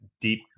deep